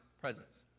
presence